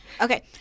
okay